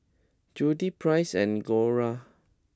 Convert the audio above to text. Judyth Price and Gloria